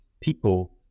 people